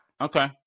Okay